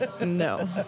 No